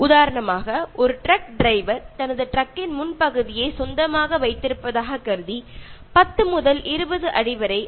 ഉദാഹരണത്തിന് ഒരു truck driver ചിന്തിക്കുന്നത് അയാൾക്ക് മുന്നിലുള്ള 20 അടി അയാളുടെ സ്വന്തം സ്ഥലം ആണ് എന്നാണ്